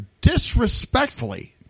disrespectfully